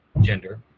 gender